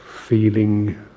feeling